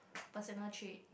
personal trait